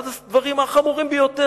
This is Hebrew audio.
אחד הדברים החמורים ביותר,